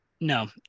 No